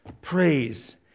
Praise